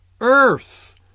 earth